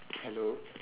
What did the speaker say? hello